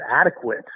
adequate